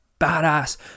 badass